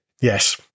yes